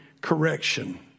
correction